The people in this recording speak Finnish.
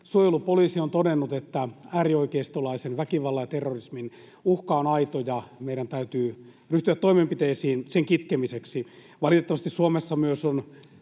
Suojelupoliisi on todennut, että äärioikeistolaisen väkivallan ja terrorismin uhka on aito, ja meidän täytyy ryhtyä toimenpiteisiin sen kitkemiseksi. Valitettavasti Suomessa on